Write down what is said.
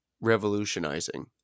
Revolutionizing